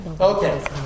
Okay